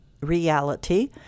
reality